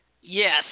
Yes